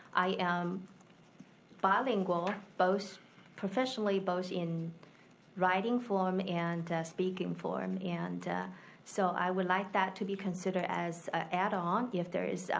i am bilingual, both professionally both in writing form and speaking form. and so i would like that to be considered as a add-on if there is.